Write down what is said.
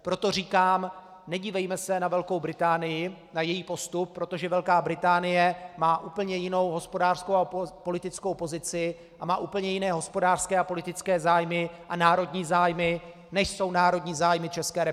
Proto říkám, nedívejme se na Velkou Británii, na její postup, protože Velká Británie má úplně jinou hospodářskou a politickou pozici a má úplně jiné hospodářské a politické zájmy a národní zájmy, než jsou národní zájmy České republiky.